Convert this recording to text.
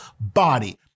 body